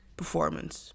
performance